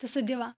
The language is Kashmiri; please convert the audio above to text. تہٕ سُہ دِوان